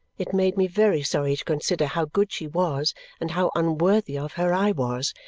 it made me very sorry to consider how good she was and how unworthy of her i was,